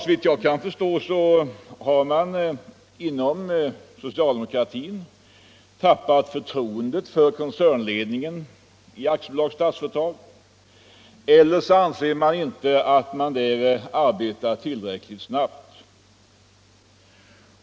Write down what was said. Såvitt jag kan förstå har man inom socialdemokratin tappat förtroendet för koncernledningen i Statsföretag AB eller också anser man inte att det där arbetas tillräckligt snabbt.